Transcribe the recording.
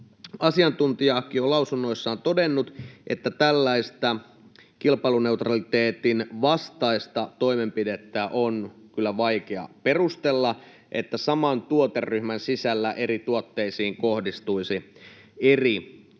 asiantuntijakin jo on lausunnossaan todennut, että tällaista kilpailuneutraliteetin vastaista toimenpidettä on vaikea perustella, että saman tuoteryhmän sisällä eri tuotteisiin kohdistuisivat eri